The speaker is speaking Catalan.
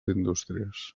indústries